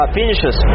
finishes